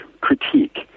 critique